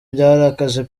byarakaje